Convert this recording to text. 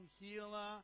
Healer